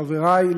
חברי,